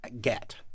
get